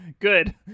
good